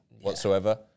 whatsoever